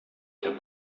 der